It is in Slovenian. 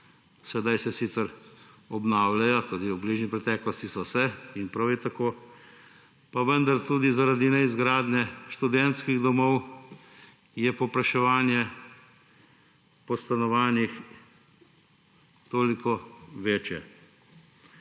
Sedaj se sicer obnavljajo, tudi v bližnji preteklosti so se in prav je tako, pa vendar tudi zaradi neizgradnje študentskih domov je povpraševanje po stanovanjih toliko večje.